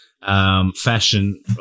fashion